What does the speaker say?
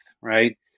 right